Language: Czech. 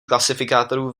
klasifikátorů